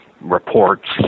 reports